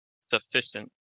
sufficient